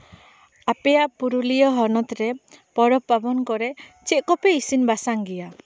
ᱟᱯᱮᱭᱟᱜ ᱯᱩᱨᱩᱞᱤᱭᱟᱹ ᱦᱚᱱᱚᱛ ᱨᱮ ᱯᱚᱨᱚᱵᱽ ᱯᱟᱨᱵᱚᱱ ᱠᱚᱨᱮᱫ ᱪᱮᱫ ᱠᱚᱯᱮ ᱤᱥᱤᱱ ᱵᱟᱥᱟᱝ ᱜᱮᱭᱟ